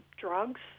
drugs